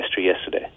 yesterday